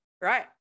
right